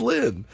Lynn